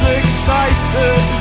excited